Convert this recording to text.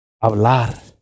hablar